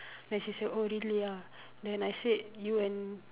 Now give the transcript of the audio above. then she said oh really ah then I said you and